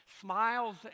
smiles